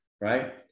right